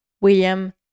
William